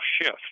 shift